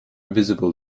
visible